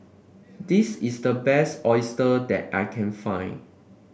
this is the best oyster that I can find